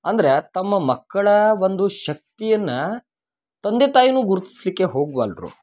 ಅಂದ್ರೆ ತಮ್ಮ ಮಕ್ಕಳ ಒಂದು ಶಕ್ತಿಯನ್ನ ತಂದೆ ತಾಯಿನು ಗುರುತಿಸ್ಲಿಕ್ಕೆ ಹೋಗ್ವಲ್ರು